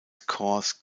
corps